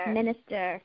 Minister